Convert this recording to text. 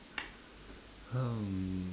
um